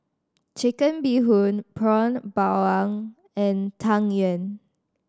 Chicken Bee Hoon Prata Bawang and Tang Yuen